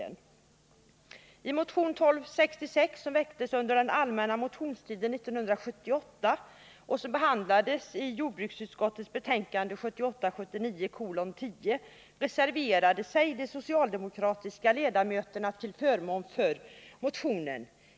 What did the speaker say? Motionen 1977 79:10, och därvid reserverade sig de socialdemokratiska ledamöterna till förmån för motionen.